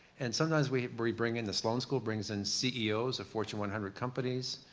and sometimes we bring bring in the sloan school brings in ceos of fortune one hundred companies.